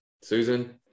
Susan